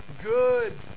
Good